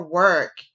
work